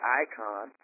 icon